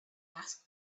asked